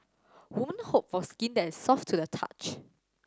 women hope for skin that soft to the touch